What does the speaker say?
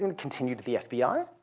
and continued the fbi,